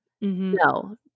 No